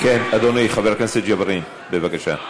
כן, אדוני, חבר הכנסת ג'בארין, בבקשה.